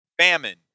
Famine